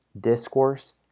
discourse